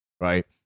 right